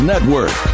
Network